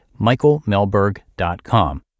michaelmelberg.com